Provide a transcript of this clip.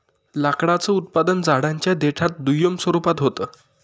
लाकडाचं उत्पादन झाडांच्या देठात दुय्यम स्वरूपात होत